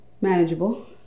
manageable